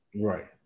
Right